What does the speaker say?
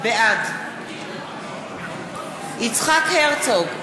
בעד יצחק הרצוג,